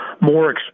more